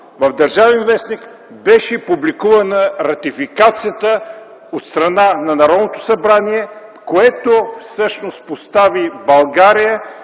в “Държавен вестник” беше публикувана ратификацията от страна на Народното събрание, което всъщност постави България